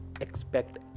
expect